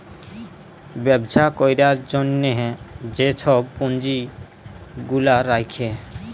ব্যবছা ক্যরার জ্যনহে যে ছব পুঁজি গুলা রাখে